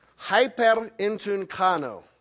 hyperintuncano